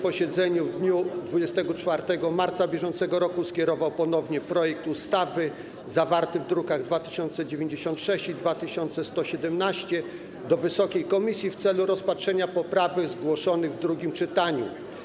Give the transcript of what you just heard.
Posiedzeniu 24 marca br. skierował ponownie projekt ustawy zawarty w drukach nr 2096 i 2117 do komisji w celu rozpatrzenia poprawek zgłoszonych w drugim czytaniu.